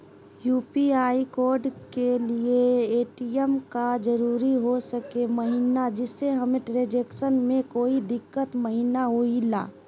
UPI code के लिए ATM का जरूरी हो सके महिना जिससे हमें ट्रांजैक्शन में कोई दिक्कत महिना हुई ला?